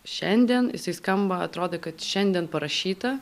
šiandien jisai skamba atrodo kad šiandien parašyta